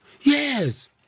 yes